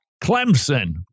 Clemson